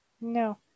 No